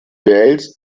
beeilst